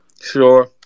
Sure